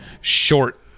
short